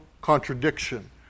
contradiction